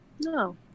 No